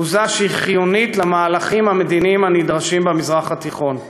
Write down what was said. תעוזה שהיא יסוד קריטי לשינוי המצב במזרח התיכון.